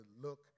look